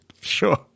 Sure